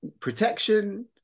protection